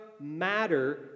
matter